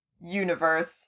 universe